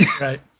right